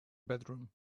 bedroom